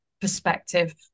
perspective